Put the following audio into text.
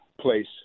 place